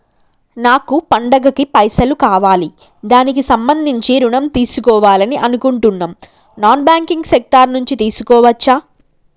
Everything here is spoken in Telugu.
నాకు పండగ కి పైసలు కావాలి దానికి సంబంధించి ఋణం తీసుకోవాలని అనుకుంటున్నం నాన్ బ్యాంకింగ్ సెక్టార్ నుంచి తీసుకోవచ్చా?